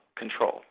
control